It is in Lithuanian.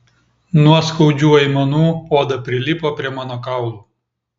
nuo skaudžių aimanų oda prilipo prie mano kaulų